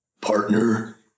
partner